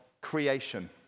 creation